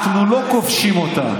אנחנו לא כובשים אותה.